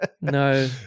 No